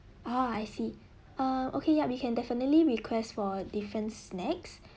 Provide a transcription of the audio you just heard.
oh I see err okay yup we can definitely request for different snacks